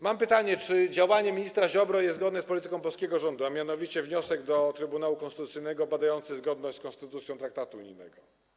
Mam pytanie: Czy działanie ministra Ziobry jest zgodne z polityką polskiego rządu, a mianowicie wniosek do Trybunału Konstytucyjnego dotyczący zbadania zgodności z konstytucją traktatu unijnego?